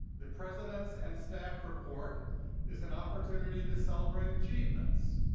the president's and staff report is an opportunity to celebrate achievements,